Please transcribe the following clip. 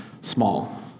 Small